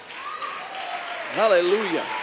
hallelujah